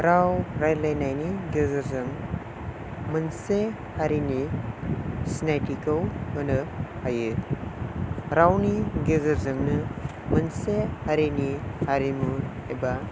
राव रायलायनायनि गेजेरजों मोनसे हारिनि सिनायथिखौ होनो हायो रावनि गेजेरजोंनो मोनसे हारिनि हारिमु एबा